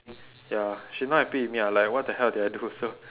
ya she not happy with me I'm like what the hell did I do also